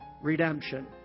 redemption